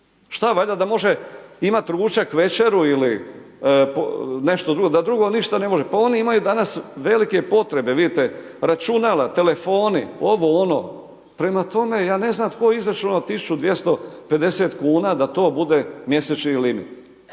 Šta valjda da može imati ručak, večeru ili nešto drugo, da drugo ništa ne može, pa oni imaju danas velike potrebe, vidite računala, telefoni, ovo, ono, prema tome ja ne znam tko je izračunao 1.250 kuna da to bude mjesečni limit.